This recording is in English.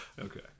Okay